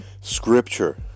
scripture